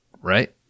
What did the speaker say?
right